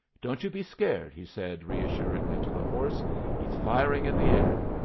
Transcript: don't you be scared, he said, reassuringly, to the horse he's firing in the air.